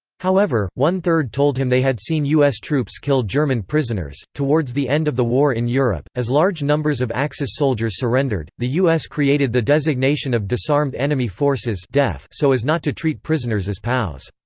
however, one-third told him they had seen us troops kill german prisoners towards the end of the war in europe, as large numbers of axis soldiers surrendered, the us created the designation of disarmed enemy forces so as not to treat prisoners as pows.